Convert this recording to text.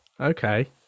Okay